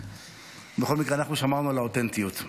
בכל מקרה, אנחנו שמרנו על האותנטיות.